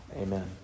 Amen